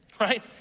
Right